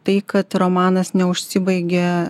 tai kad romanas neužsibaigia